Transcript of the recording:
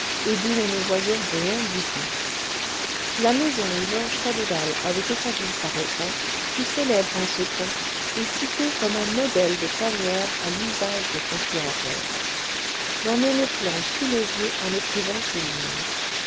et d'où l'on ne voyait rien du tout la maison où georges cadoudal avait établi sa retraite fut célèbre en ce temps et citée comme un modèle de tanière à l'usage des conspirateurs j'en ai le plan sous les yeux en écrivant ces lignes